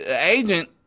agent